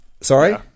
Sorry